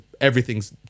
everything's